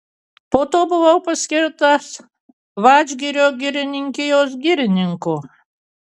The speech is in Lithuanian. po to buvau paskirtas vadžgirio girininkijos girininku